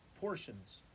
portions